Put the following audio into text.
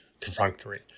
perfunctory